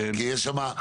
כי יש שם,